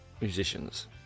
musicians